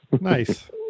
Nice